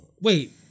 Wait